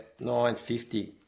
$9.50